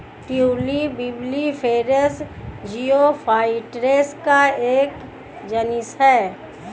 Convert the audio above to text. tulip bulbiferous geophytes का एक genus है